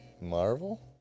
Marvel